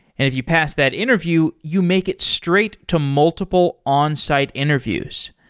if you pass that interview, you make it straight to multiple onsite interviews.